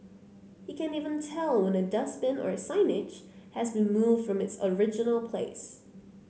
he can even tell when a dustbin or signage has been moved from its original place